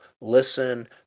listen